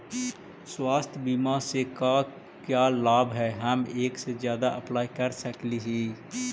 स्वास्थ्य बीमा से का क्या लाभ है हम एक से जादा अप्लाई कर सकली ही?